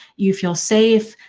you feel safe,